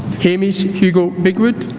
hamish hugo bigwood